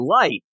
light